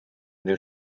new